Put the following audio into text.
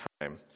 time